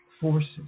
forces